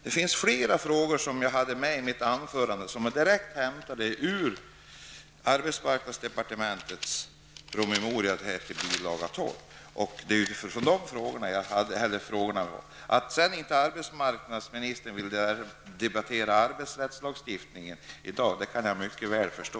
I mitt anförande tog jag upp flera frågor som är direkt hämtade ur arbetsmarknadsdepartementets skrivning i bil. 12 till budgetpropositionen. Det var utifrån de skrivningarna jag ställde mina frågor. Att sedan arbetsmarknadsministern inte i dag vill debattera lagstiftningen på arbetsrättens område kan jag mycket väl förstå.